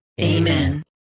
Amen